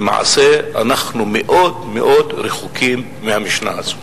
למעשה אנחנו מאוד מאוד רחוקים מהמשנה הזאת.